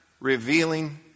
revealing